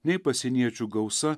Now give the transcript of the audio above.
nei pasieniečių gausa